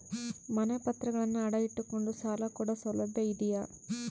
ಮನೆ ಪತ್ರಗಳನ್ನು ಅಡ ಇಟ್ಟು ಕೊಂಡು ಸಾಲ ಕೊಡೋ ಸೌಲಭ್ಯ ಇದಿಯಾ?